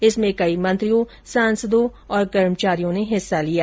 इसमें कई मंत्रियों सांसदों और कर्मचारियों ने हिस्सा लिया